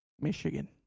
michigan